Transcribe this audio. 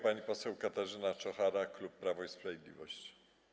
Pani poseł Katarzyna Czochara, klub Prawo i Sprawiedliwość.